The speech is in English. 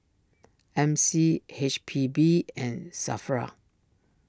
M C H P B and Safra